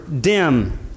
dim